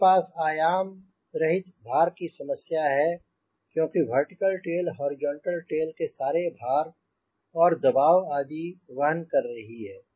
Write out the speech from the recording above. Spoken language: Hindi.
आपके पास आयाम रहित भार की समस्या है क्योंकि वर्टिकल टेल हॉरिजॉन्टल टेल के सारे भार और दबाव आदि वहन कर रही है